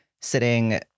sitting